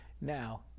Now